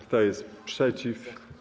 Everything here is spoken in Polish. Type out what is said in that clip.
Kto jest przeciw?